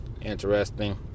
Interesting